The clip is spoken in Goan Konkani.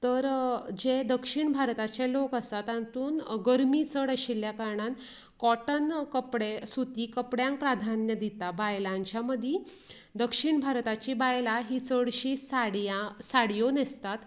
तर जे दक्षीण भारतांचे जे लोक आसात तातूंत गरमी चड आशिल्ल्या कारणान कॉटन कपडे सुती कपड्यांक प्राधान्या दिता बायलांच्या मदीं दक्षीण भारताच्यो बायलां ही चडशी साडया साडयो न्हेसतात